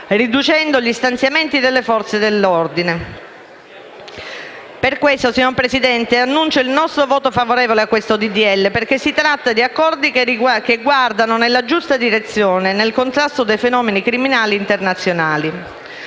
riducendo gli stanziamenti alle Forze dell'ordine. Per questo, signor Presidente, dichiaro il voto favorevole a questo provvedimento perché si tratta di accordi che guardano nella giusta direzione, nel contrasto dei fenomeni criminali internazionali.